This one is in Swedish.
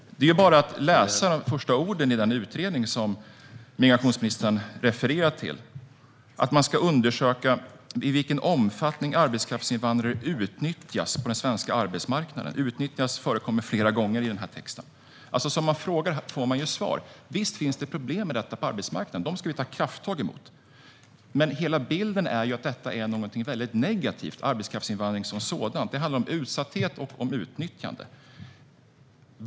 Det är bara att läsa de första orden i den utredning som migrationsministern refererar till: Man ska undersöka i vilken omfattning arbetskraftsinvandrare utnyttjas på den svenska arbetsmarknaden. Ordet utnyttjas förekommer flera gånger i texten. Som man frågar får man svar. Visst finns det problem med detta på arbetsmarknaden, och dem ska vi ta krafttag emot. Men hela bilden är att arbetskraftsinvandring som sådan är väldigt negativ, det handlar om utsatthet och utnyttjande.